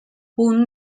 punt